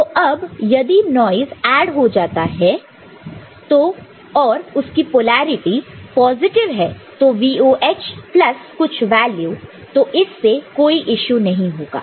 तो अब यदि नॉइस ऐड हो जाता है और उसकी पोलैरिटी पॉजिटिव है तो VOH प्लस कुछ वैल्यू तो इससे कोई इशू नहीं होगा